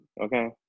okay